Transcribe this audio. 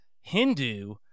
Hindu